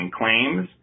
claims